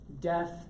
death